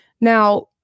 Now